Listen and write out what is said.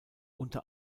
unter